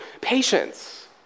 Patience